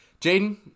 Jaden